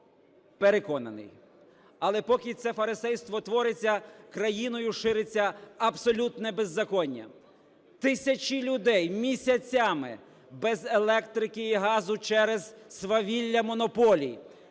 Переконаний. Але поки це фарисейство твориться, країною шириться абсолютне беззаконня. Тисячі людей місяцями без електрики і газу через свавілля монополій,